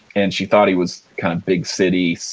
and she thought he was kind of big-city,